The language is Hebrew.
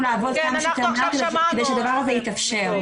לעבוד כמה שיותר מהר כדי שהדבר הזה יתאפשר.